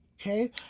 Okay